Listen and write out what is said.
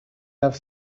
love